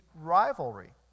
rivalry